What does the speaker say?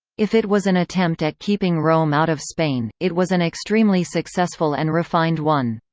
if it was an attempt at keeping rome out of spain, it was an extremely successful and refined one.